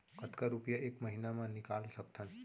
कतका रुपिया एक महीना म निकाल सकथन?